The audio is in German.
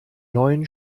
neuen